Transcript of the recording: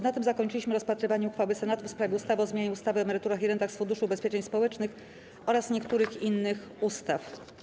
Na tym zakończyliśmy rozpatrywanie uchwały Senatu w sprawie ustawy o zmianie ustawy o emeryturach i rentach z Funduszu Ubezpieczeń Społecznych oraz niektórych innych ustaw.